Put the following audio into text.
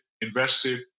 invested